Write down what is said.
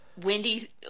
Wendy